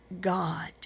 God